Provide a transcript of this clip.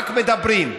רק מדברים,